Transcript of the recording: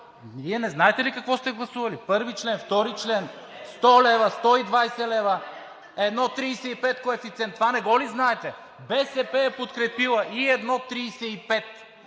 Вие не знаете ли какво сте гласували? Първи член, втори член, 100 лв., 120 лв., 1,35 коефициент. Това не го ли знаете? БСП е подкрепила и 1,35